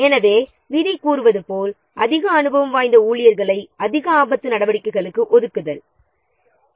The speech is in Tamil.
எனவே விதி கூறுவது போல் மிகவும் அனுபவம் வாய்ந்த ஊழியர்களை அதிக ஆபத்து நடவடிக்கைகளுக்கு ஒதுக்குவது அவசியமாகும்